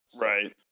Right